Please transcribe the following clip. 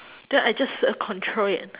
then I just uh control it